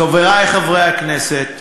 חברי חברי הכנסת,